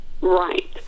Right